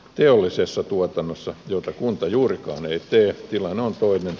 teollisessa tuotannossa jota kunta juurikaan ei tee tilanne on toinen